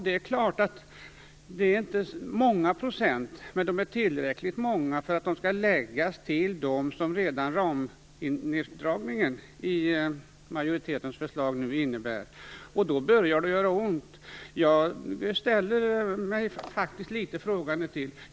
Det klart att det inte är många procent det handlar om, men de är tillräckligt många om man lägger dem till den ramneddragning som majoritetens förslag redan innebär. Då börjar det göra ont. Jag ställer mig faktiskt litet frågande.